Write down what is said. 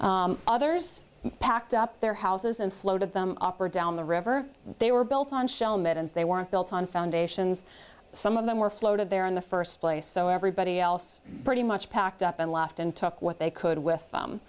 road others packed up their houses and floated them operate down the river they were built on shell middens they weren't built on foundations some of them were floated there in the first place so everybody else pretty much packed up and left and took what they could with